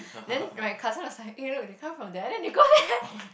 then my cousin was like eh look they come from there then they go there